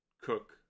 cook